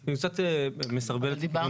זה קצת מסרבל את העבודה.